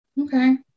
Okay